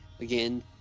again